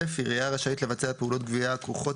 עירייה רשאית לבצע פעולות גבייה הכרוכות